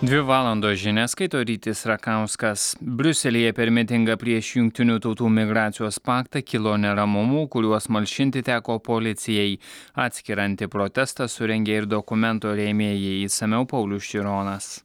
dvi valandos žinias skaito rytis rakauskas briuselyje per mitingą prieš jungtinių tautų imigracijos paktą kilo neramumų kuriuos malšinti teko policijai atskirą antiprotestą surengė ir dokumento rėmėjai išsamiau paulius šironas